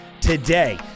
today